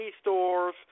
stores